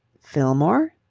fillmore?